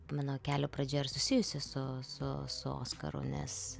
mano kelio pradžia ir susijusi su su su oskaru nes